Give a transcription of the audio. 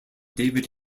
david